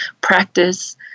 practice